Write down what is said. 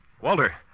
Walter